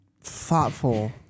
Thoughtful